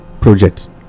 projects